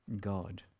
God